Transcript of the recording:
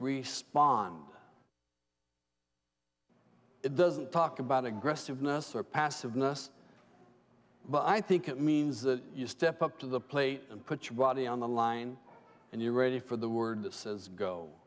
respond it doesn't talk about aggressiveness or passiveness but i think it means that you step up to the plate and put your body on the line and you are ready for the word that says go